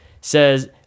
says